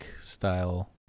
style